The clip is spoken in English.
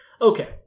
Okay